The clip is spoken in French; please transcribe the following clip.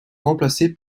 remplacé